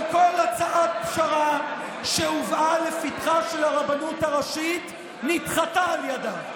אבל כל הצעת פשרה שהובאה לפתחה של הרבנות הראשית נדחתה על ידה.